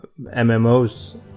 MMOs